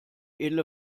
edle